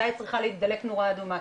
מתי צריכה להידלק נורה אדומה.